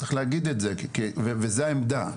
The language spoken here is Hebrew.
צריך להגיד את זה, וזה העמדה.